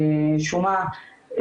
שומה,